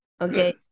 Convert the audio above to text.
okay